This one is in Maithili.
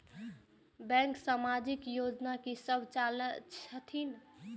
बैंक समाजिक योजना की सब चलावै छथिन?